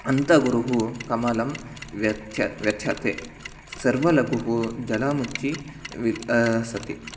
अन्तगुरुः कमलं व्यथ्यते व्यथ्यते सर्वलघुः जलमुच्चि विल् सति